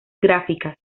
gráficas